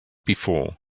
before